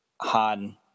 han